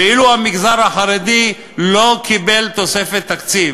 ואילו המגזר החרדי לא קיבל תוספת תקציב